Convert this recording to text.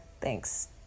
Thanks